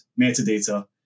metadata